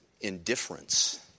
indifference